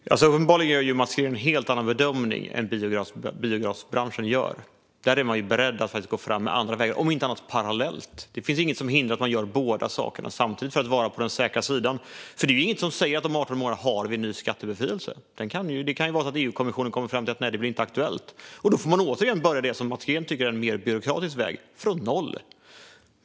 Fru talman! Uppenbarligen gör Mats Green en helt annan bedömning än biogasbranschen gör. Där är man beredd att gå fram med andra vägar, om inte annat parallellt. Det finns inget som hindrar att man gör båda sakerna samtidigt för att vara på den säkra sidan. Det är ju inget som säger att vi har en ny skattebefrielse om 18 månader. Det kan vara så att EUkommissionen kommer fram till att det inte blir aktuellt, och då får man återigen börja med det som Mats Green tycker är en mer byråkratisk väg, från noll.